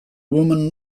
woman